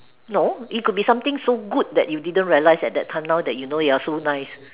no it could be something so good that you didn't realise it at that time now that you know that you are so nice